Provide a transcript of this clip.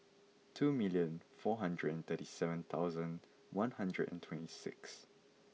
two million four hundred and thirty seven thousand one hundred and twenty six